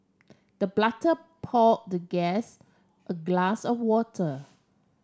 the pour the guest a glass of water